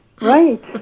right